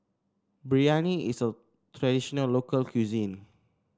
biryani is a traditional local cuisine